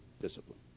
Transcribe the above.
discipline